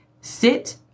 sit